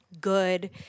good